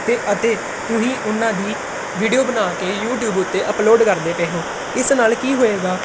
ਤੇ ਅਤੇ ਤੁਸੀਂ ਉਹਨਾਂ ਦੀ ਵੀਡੀਓ ਬਣਾ ਕੇ ਯੂਟੀਊਬ ਉੱਤੇ ਅਪਲੋਡ ਕਰਦੇ ਪਏ ਹੋ ਇਸ ਨਾਲ ਕੀ ਹੋਵੇਗਾ